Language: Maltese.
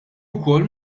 ukoll